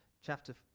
chapter